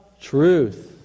truth